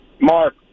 Mark